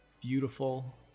beautiful